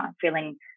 feeling